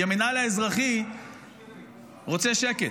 כי המינהל האזרחי רוצה שקט,